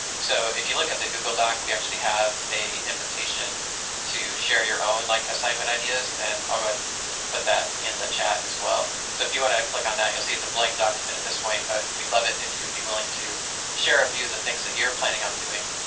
so if you look at the google doc, we actually have a invitation to share your own, like, assignment ideas, and i'll go ahead and put that in the chat as well so if you want to click on that, you'll see it's a blank document at this point, but we'd love it if you'd be willing to share a few of the things that you're planning on doing.